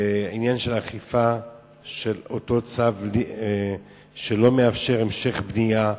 בעניין של אכיפה של אותו צו שלא מאפשר המשך בנייה,